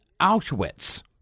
Auschwitz